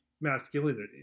masculinity